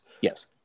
Yes